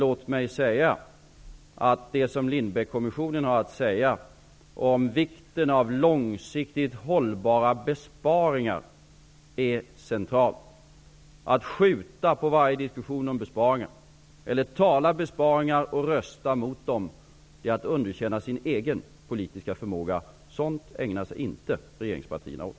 Låt mig säga att det som Lindbeckkommissionen har att säga om vikten av långsiktigt hållbara besparingar är centralt. Att skjuta på varje diskussion om besparingar eller att tala om besparingar och rösta mot dem är att underkänna sin egen politiska förmåga. Sådant ägnar sig inte regeringspartierna åt.